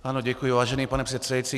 Ano děkuji, vážený pane předsedající.